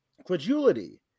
Credulity